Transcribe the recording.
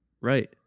Right